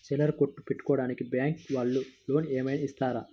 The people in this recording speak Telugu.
చిల్లర కొట్టు పెట్టుకోడానికి బ్యాంకు వాళ్ళు లోన్ ఏమైనా ఇస్తారా?